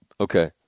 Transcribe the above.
Okay